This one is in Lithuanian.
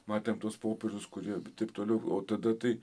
matėm tuos popiežius kurie taip toliau o tada tai